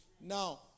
Now